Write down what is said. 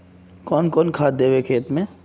कौन कौन खाद देवे खेत में?